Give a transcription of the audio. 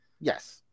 Yes